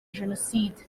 jenoside